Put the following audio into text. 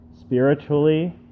spiritually